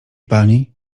pani